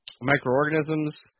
microorganisms